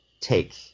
take